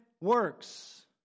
works